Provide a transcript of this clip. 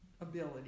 ability